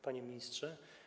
Panie Ministrze!